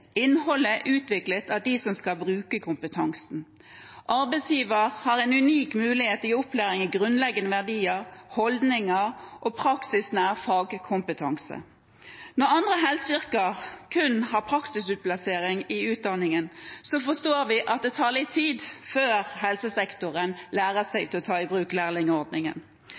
Innholdet er utviklet av dem som skal bruke kompetansen. Arbeidsgiver har en unik mulighet til å gi opplæring i grunnleggende verdier, holdninger og praksisnær fagkompetanse. Når andre helseyrker kun har praksisutplassering i utdanningen, forstår vi at det tar litt tid før helsesektoren lærer seg å ta i bruk